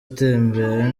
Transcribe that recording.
atembera